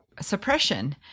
suppression